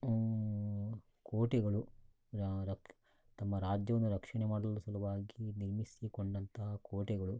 ಕೋಟೆಗಳು ತಮ್ಮ ರಾಜ್ಯವನ್ನು ರಕ್ಷಣೆ ಮಾಡಲು ಸಲುವಾಗಿ ನಿರ್ಮಿಸಿಕೊಂಡಂತಹ ಕೋಟೆಗಳು